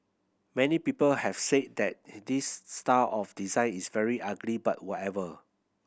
many people have said that this star of design is very ugly but whatever